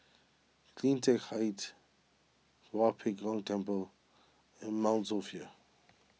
CleanTech Height Tua Pek Kong Temple and Mount Sophia